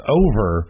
over